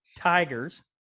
tigers